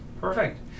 Perfect